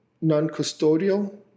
non-custodial